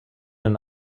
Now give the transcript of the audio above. den